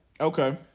Okay